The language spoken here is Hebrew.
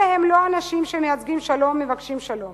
אלה לא האנשים שמייצגים שלום ומבקשים שלום.